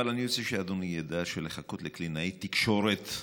אבל אני רוצה שאדוני ידע שלחכות לקלינאית תקשורת בנגב,